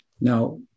Now